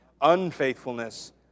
unfaithfulness